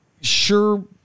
sure